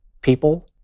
people